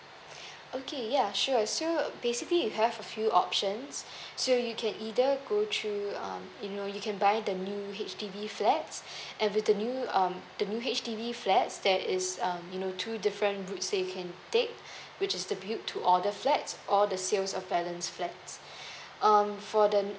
okay ya sure so basically you have a few options so you can either go through um you know you can buy the new H_D_B flats and with the new um the new H_D_B flats that is um you know two different build sale you can take which is the build to order flats or the sales of balance flats um for the new